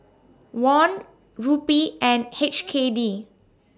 Won Rupee and H K D